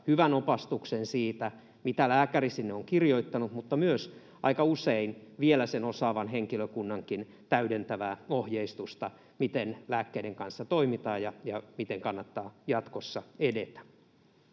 hyvän opastuksen siitä, mitä lääkäri sinne on kirjoittanut, mutta myös aika usein vielä sen osaavan henkilökunnankin täydentävää ohjeistusta, miten lääkkeiden kanssa toimitaan ja miten kannattaa jatkossa edetä.